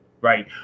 right